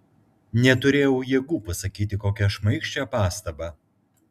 neturėjau jėgų pasakyti kokią šmaikščią pastabą